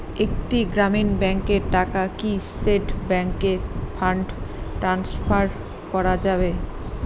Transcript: একটি গ্রামীণ ব্যাংকের টাকা কি স্টেট ব্যাংকে ফান্ড ট্রান্সফার করা যাবে?